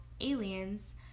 aliens